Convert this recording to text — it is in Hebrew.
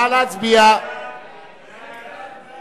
הודעת ראש